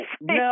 no